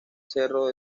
cerro